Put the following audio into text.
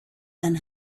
and